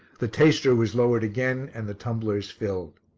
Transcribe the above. the taster was lowered again and the tumblers filled.